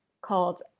called